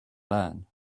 learn